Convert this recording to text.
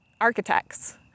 architects